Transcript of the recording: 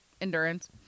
Endurance